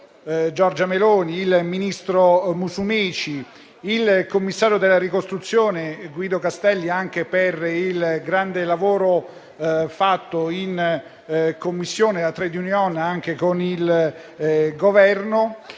Giorgia Meloni, il ministro Musumeci, il commissario per la ricostruzione Guido Castelli - anche per il grande lavoro fatto in Commissione, da *trait d'union* con il Governo